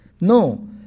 No